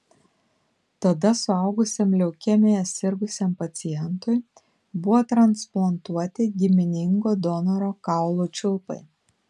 tada suaugusiam leukemija sirgusiam pacientui buvo transplantuoti giminingo donoro kaulų čiulpai